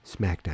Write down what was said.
SmackDown